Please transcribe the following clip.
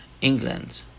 England